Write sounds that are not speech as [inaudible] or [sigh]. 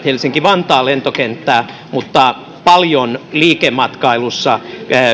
[unintelligible] helsinki vantaan lentokenttää mutta paljon liikematkailussa